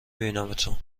بینمتون